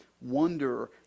wonder